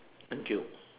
thank you